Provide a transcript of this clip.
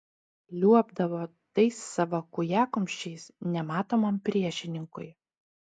liuobdavo tais savo kūjakumščiais nematomam priešininkui